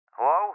Hello